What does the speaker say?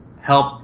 help